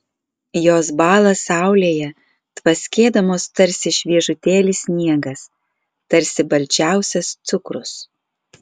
jos bąla saulėje tvaskėdamos tarsi šviežutėlis sniegas tarsi balčiausias cukrus